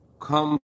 come